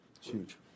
Huge